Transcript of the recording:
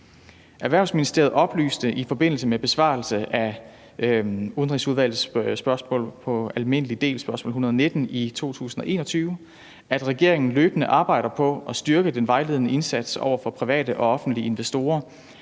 Erhvervsministeriet oplyste i forbindelse med besvarelse af Udenrigsudvalgets spørgsmål på almindelig del, spørgsmål 119 i 2021, at regeringen løbende arbejder på at styrke den vejledende indsats over for private og offentlige investorer